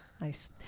Nice